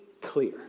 clear